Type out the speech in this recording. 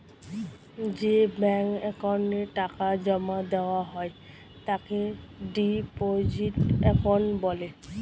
যে ব্যাঙ্ক অ্যাকাউন্টে টাকা জমা দেওয়া হয় তাকে ডিপোজিট অ্যাকাউন্ট বলে